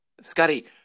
Scotty